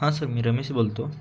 हां सर मी रमेश बोलतो